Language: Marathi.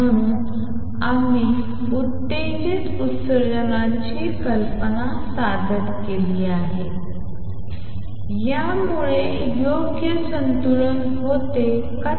म्हणून आम्ही उत्तेजित उत्सर्जनाची कल्पना सादर केली आहे आणि यामुळे योग्य संतुलन होते का ते पाहू